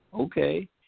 okay